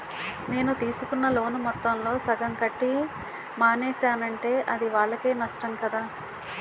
నేను తీసుకున్న లోను మొత్తంలో సగం కట్టి మానేసానంటే అది వాళ్ళకే నష్టం కదా